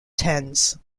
tens